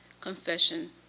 confession